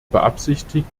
beabsichtigt